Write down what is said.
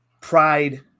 pride